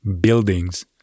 buildings